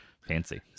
fancy